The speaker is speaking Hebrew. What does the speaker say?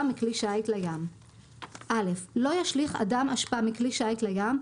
מכלי שיט לים 3.(א) לא ישליך אדם אשפה מכלי שיט לים,